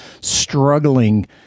struggling